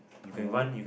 no